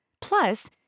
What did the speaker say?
Plus